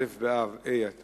א' באב התשס"ט,